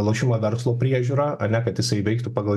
lošimo verslo priežiūra ane kad jisai veiktų pagal